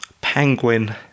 Penguin